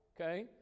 Okay